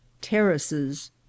terraces